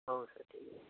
ହଉ ସାର୍ ଠିକ୍